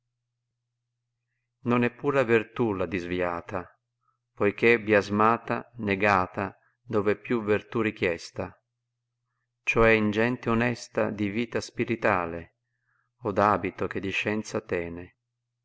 non è pura vertù la disviata poich è biasmata negata dove è più verlù richiesta cioè in gente onesta di vita spiritale o d abito che di scienza tene